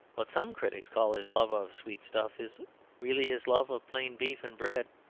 what some critics call his love of sweet stuff is really his love of plain beef and bread.